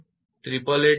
1111 છે અને આ 0